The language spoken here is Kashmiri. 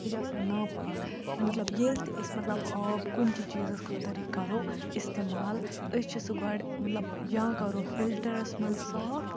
یہِ چھِ آسان ناپاک مطلب ییٚلہِ تہِ أسۍ مطلب آب کُنہِ تہِ چیٖزَس خٲطرٕ یہِ کَرو اِستعمال أسۍ چھِ سُہ گۄڈٕ مطلب یا کَرو فِلٹَرَس منٛز صاف